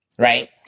Right